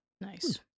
Nice